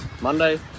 Monday